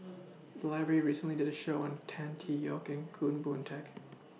The Library recently did Show on Tan Tee Yoke Goh Boon Teck